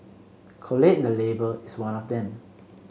collate the Label is one of them